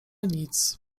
nic